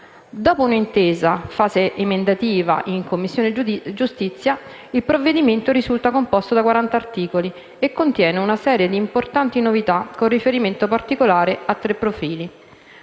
Dopo un'intensa fase emendativa in Commissione giustizia, il provvedimento risulta composto da 40 articoli e contiene una serie di importanti novità con riferimento particolare a tre profili.